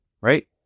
right